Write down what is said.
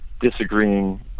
disagreeing